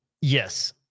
Yes